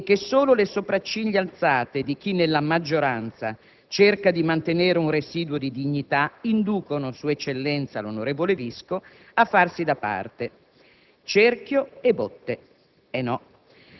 che a pagare è il servitore dello Stato e che solo le sopracciglia alzate di chi, nella maggioranza, cerca di mantenere un residuo di dignità, inducono sua eccellenza l'onorevole Visco a farsi da parte.